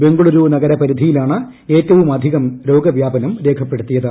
ബംഗളുരു നഗരപരിധിയിലാണ് ഏറ്റവുമധികം രോഗവ്യാപനം രേഖപ്പെടുത്തിയത്